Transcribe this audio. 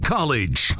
College